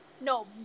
no